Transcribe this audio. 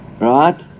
Right